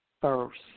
first